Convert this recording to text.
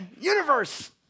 universe